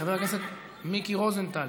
חבר הכנסת מיקי רוזנטל